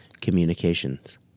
communications